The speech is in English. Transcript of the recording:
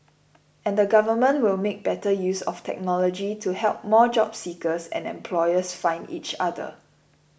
and the government will make better use of technology to help more job seekers and employers find each other